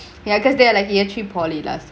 ya cause they are like he actually poly lah